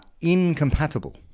incompatible